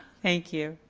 thank you.